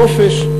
נופש,